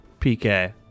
PK